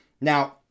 Now